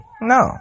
no